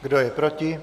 Kdo je proti?